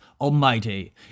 Almighty